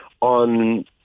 on